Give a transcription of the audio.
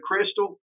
crystal